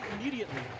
immediately